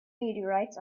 meteorites